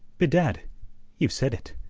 bedad! ye've said it.